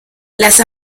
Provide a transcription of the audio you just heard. las